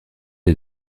est